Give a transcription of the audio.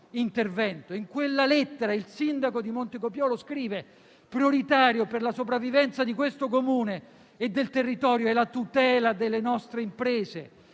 In quella lettera il sindaco di Montecopiolo scrive: «Prioritario per la sopravvivenza di questo Comune e del territorio è la tutela delle nostre imprese.